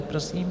Prosím.